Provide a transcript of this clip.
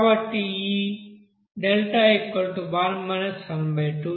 కాబట్టి ఈ 1 12 ఇది కార్బన్